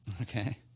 Okay